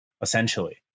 essentially